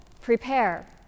prepare